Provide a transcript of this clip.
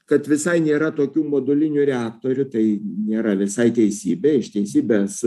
kad visai nėra tokių modulinių reaktorių tai nėra visai teisybė iš teisybės